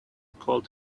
called